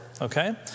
okay